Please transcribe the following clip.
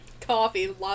Coffee